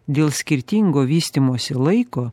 dėl skirtingo vystymosi laiko